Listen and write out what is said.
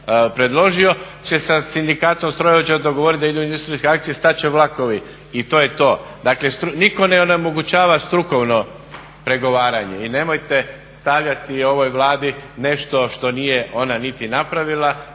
predložio će sa sindikatom strojovođa dogovoriti da idu u industrijske akcije, stat će vlakovi i to je to. Nitko ne onemogućava strukovno pregovaranje i nemojte stavljati ovoj Vladi nešto što nije ona niti napravila